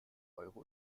euro